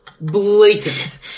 Blatant